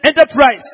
enterprise